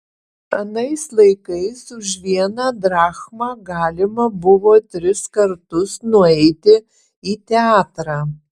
anais laikais už vieną drachmą galima buvo tris kartus nueiti į teatrą